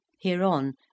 Hereon